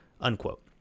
Unquote